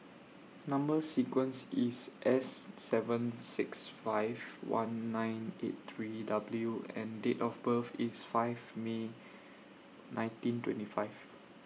Number sequence IS S seven six five one nine eight three W and Date of birth IS five May nineteen twenty five